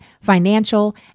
financial